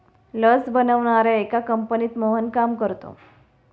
लस बनवणाऱ्या एका कंपनीत मोहन काम करतो